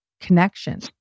connection